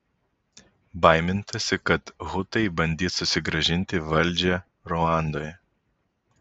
baimintasi kad hutai bandys susigrąžinti valdžią ruandoje